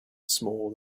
small